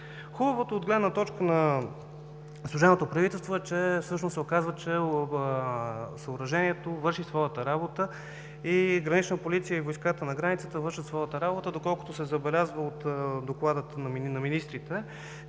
Хубавото от гледна точка на служебното правителство – всъщност се оказва, че съоръжението върши своята работа и „Гранична полиция“, и войската на границата вършат своята работа. Доколкото се забелязва от доклада на министрите,